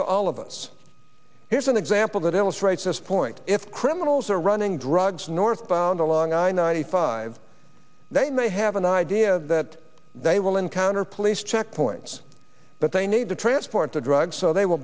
to all of us here's an example that illustrates this point if criminals are running drugs northbound along i ninety five they may have an idea that they will encounter police checkpoints but they need to transport the drugs so they will